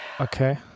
okay